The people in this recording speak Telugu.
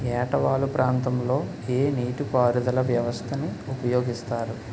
ఏట వాలు ప్రాంతం లొ ఏ నీటిపారుదల వ్యవస్థ ని ఉపయోగిస్తారు?